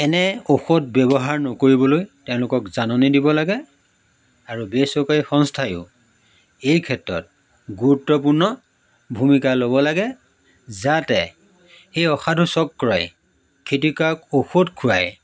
এনে ঔষধ ব্যৱহাৰ নকৰিবলৈ তেওঁলোকক জাননি দিব লাগে আৰু বেচৰকাৰী সংস্থাইও এই ক্ষেত্ৰত গুৰুত্বপূৰ্ণ ভূমিকা ল'ব লাগে যাতে সেই অসাধু চক্ৰই ক্ষতিকৰাক ঔষধ খুৱাই